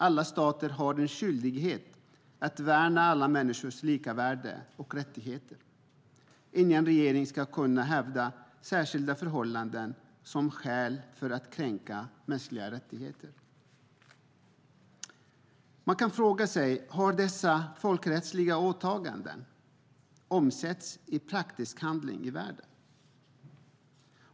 Alla stater har en skyldighet att värna alla människors lika värde och rättigheter. Ingen regering ska kunna hävda särskilda förhållanden som skäl för att kränka mänskliga rättigheter. Man kan fråga sig: Har dessa folkrättsliga åtaganden omsatts i praktisk handling i världen?